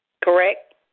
Correct